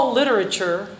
literature